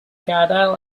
gadael